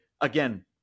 again